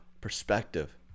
perspective